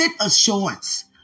assurance